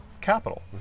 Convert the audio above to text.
capital